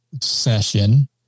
session